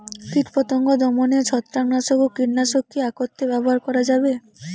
কীটপতঙ্গ দমনে ছত্রাকনাশক ও কীটনাশক কী একত্রে ব্যবহার করা যাবে?